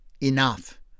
enough